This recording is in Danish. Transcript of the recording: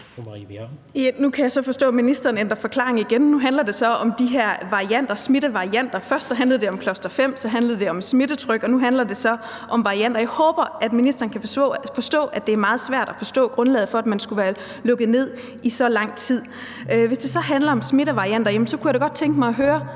Nu kan jeg så forstå, at ministeren ændrer forklaring igen. Nu handler det så om de her smittevarianter. Først handlede det om cluster-5, så handlede det om smittetryk, og nu handler det så om varianter, og jeg håber, at ministeren kan forstå, at det er meget svært at forstå grundlaget for, at man skulle være lukket ned i så lang tid. Hvis det så handler om smittevarianter, kunne jeg da godt tænke mig at høre: